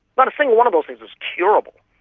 but single one of those things is curable.